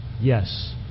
yes